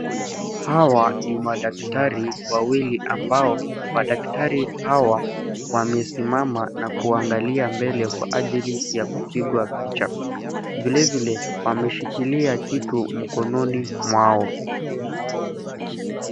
Hawa ni madaktari wawili ambao madaktari hawa wamesimama na kuangalia mbele kwa ajili ya kupigwa picha, vilevile wameshikilia kitu mkononi mwao.